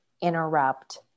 interrupt